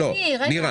לא, זה כללי, רגע.